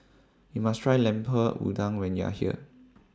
YOU must Try Lemper Udang when YOU Are here